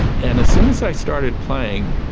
and as soon as i started playing,